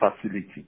facility